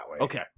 Okay